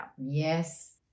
Yes